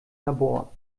labor